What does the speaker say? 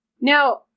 Now